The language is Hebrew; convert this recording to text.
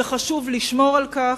וחשוב לשמור על כך,